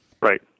Right